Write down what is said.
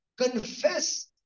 confess